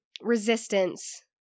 resistance